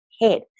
head